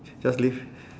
just leave